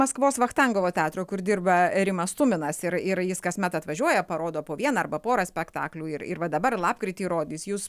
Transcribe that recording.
maskvos vachtangovo teatro kur dirba rimas tuminas ir ir jis kasmet atvažiuoja parodo po vieną arba porą spektaklių ir ir va dabar lapkritį rodys jūs